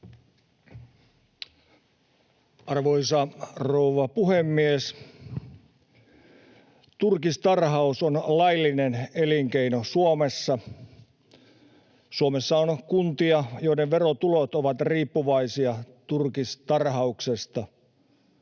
Arvoisa rouva puhemies! Turkistarhaus on laillinen elinkeino Suomessa. Suomessa on kuntia, joiden verotulot ovat riippuvaisia turkistarhauksesta.